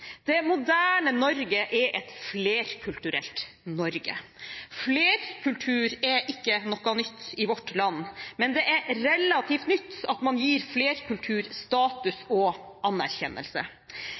Det moderne Norge er et flerkulturelt Norge. Flerkultur er ikke noe nytt i vårt land, men det er relativt nytt at man gir flerkultur status